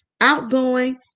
outgoing